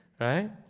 right